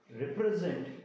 represent